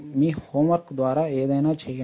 మీ homework ద్వారా ఏదైనా చేయండి